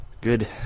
good